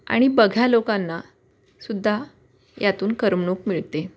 आणि बघ्या लोकांना सुद्धा यातून करमणूक मिळते